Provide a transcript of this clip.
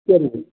சரிங்க சார்